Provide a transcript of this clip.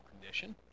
condition